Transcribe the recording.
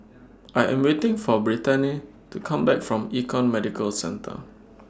I Am waiting For Brittanie to Come Back from Econ Medical Centre